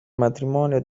matrimonio